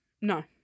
No